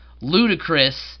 ludicrous